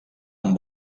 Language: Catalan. amb